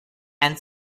and